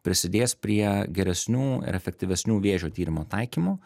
prisidės prie geresnių ir efektyvesnių vėžio tyrimo taikymo